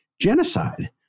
genocide